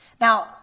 Now